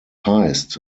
heißt